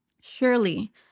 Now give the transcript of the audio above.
surely